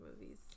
movies